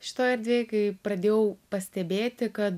šitoj erdvėj kai pradėjau pastebėti kad